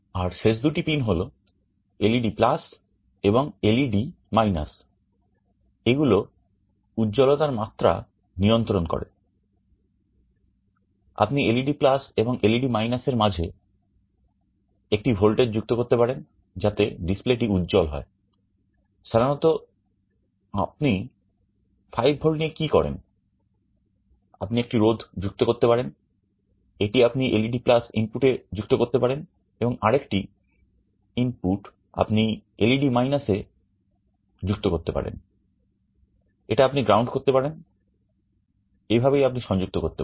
আর শেষ দুটি পিন হলো এলইডি এবং এলইডি এগুলো উজ্জ্বলতার মাত্রা নিয়ন্ত্রণ করে আপনি এলইডি এবং এলইডি এর মাঝে একটি ভোল্টেজ যুক্ত করতে পারেন যাতে ডিসপ্লেটি উজ্জ্বল হয় সাধারণত আপনি 5V নিয়ে কি করেন আপনি একটি রোধ যুক্ত করতে পারেন এটি আপনি এলইডি ইনপুটে যুক্ত করতে পারেন এবং আরেকটি ইনপুট আপনি এলইডি এ যুক্ত করতে পারেন এটা আপনি গ্রাউন্ড করতে পারেন এভাবে আপনি সংযুক্ত করতে পারেন